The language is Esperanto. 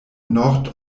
nord